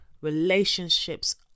Relationships